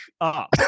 up